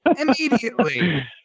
immediately